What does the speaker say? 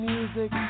Music